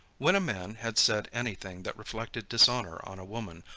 when a man had said any thing that reflected dishonor on a woman,